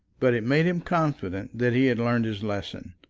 but it made him confident that he had learned his lesson.